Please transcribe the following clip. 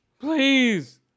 Please